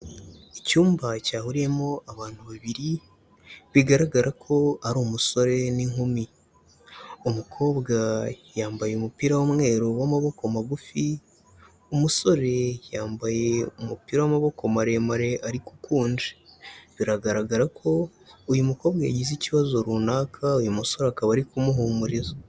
Icyumba cyahuriyemo abantu babiri bigaragara ko ari umusore n'inkumi, umukobwa yambaye umupira w'umweru w'amaboko magufi, umusore yambaye umupira w'amaboko maremare ariko ukunje, biragaragara ko uyu mukobwa yagize ikibazo runaka uyu musore akaba ari kumuhumuriza.